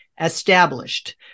Established